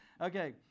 Okay